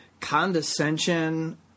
condescension